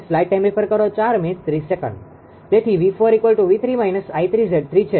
તેથી 𝑉4 𝑉3 − 𝐼3𝑍3 છે